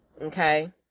okay